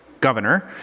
governor